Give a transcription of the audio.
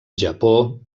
japó